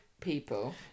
people